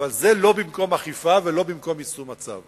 וזה לא במקום אכיפה ולא במקום יישום הצו.